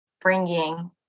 bringing